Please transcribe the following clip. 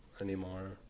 anymore